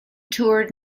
toured